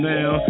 Now